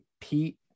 pete